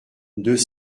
deux